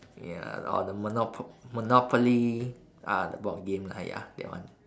ya or the monopo~ monopoly ah the board game lah ya that one